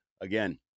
again